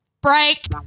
Break